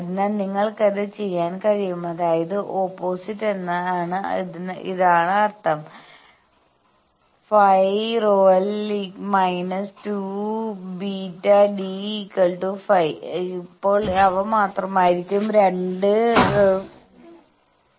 അതിനാൽ നിങ്ങൾക്കത് ചെയ്യാൻ കഴിയും അതായത് ഓപ്പോസിറ്റ് എന്നാൽ ഇതാണ് അർത്ഥം φΓL −2 βdπ അപ്പോൾ അവ മാത്രമായിരിക്കും 2 ഫേയ്സറുകൾ